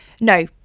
no